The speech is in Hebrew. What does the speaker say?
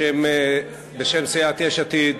בשם סיעת יש עתיד